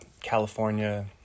California